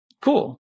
cool